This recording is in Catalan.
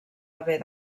haver